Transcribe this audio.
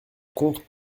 comte